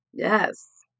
Yes